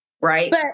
right